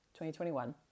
2021